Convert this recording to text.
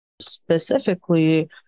Specifically